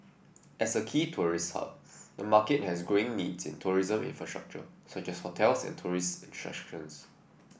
as a key tourist hub the market has growing needs in tourism infrastructure such as hotels and tourist attractions